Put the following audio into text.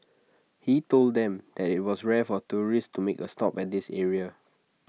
he told them that IT was rare for tourists to make A stop at this area